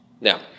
Now